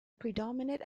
predominate